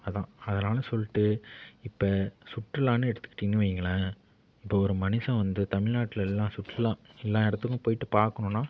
அதுதான் அதனால் சொல்லிட்டு இபபோ சுற்றுலான்னு எடுத்துக்கிட்டிங்கன்னு வையுங்களேன் இப்போ ஒரு மனுஷன் வந்து தமிழ்நாட்டில் எல்லா சுற்றுலா எல்லா இடத்துக்கும் போய்ட்டு பார்க்கணுன்னா